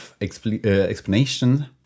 explanation